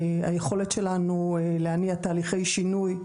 היכולת שלנו להניע תהליכי שינוי,